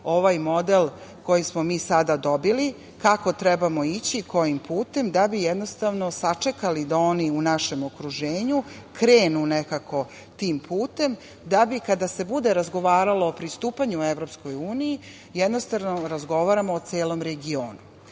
ovaj model koji smo mi sada dobili kako trebamo ići, kojim putem, da bi jednostavno sačekali da oni u našem okruženju krenu nekako tim putem da bi, kada se bude razgovaralo o pristupanju u EU, jednostavno razgovaramo o celom regionu. Sada,